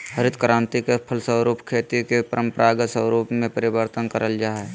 हरित क्रान्ति के फलस्वरूप खेती के परम्परागत स्वरूप में परिवर्तन करल जा हइ